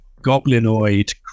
goblinoid